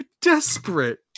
desperate